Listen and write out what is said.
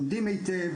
לכל קבוצה ולומדים היטב,